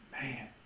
man